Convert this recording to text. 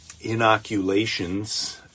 inoculations